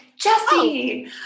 Jesse